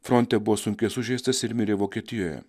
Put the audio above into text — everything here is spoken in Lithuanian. fronte buvo sunkiai sužeistas ir mirė vokietijoje